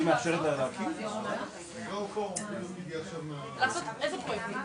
אני לא מכיר דרך בה ניתן ברגע אחר להשתמש רק באנרגיה מתחדשת.